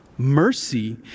Mercy